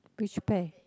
which pair